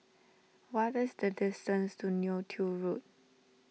what is the distance to Neo Tiew Road